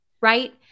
Right